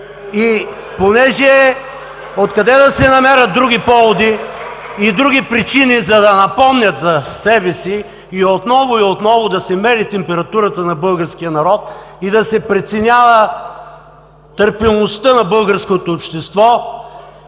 от ОП.) Откъде да си намерят други поводи и други причини, за да напомнят за себе си? И отново, и отново да се мери температурата на българския народ, да се преценява търпимостта на българското общество